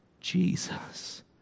Jesus